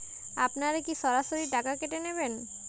আপনারা কি সরাসরি টাকা কেটে নেবেন?